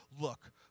Look